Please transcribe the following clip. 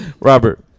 Robert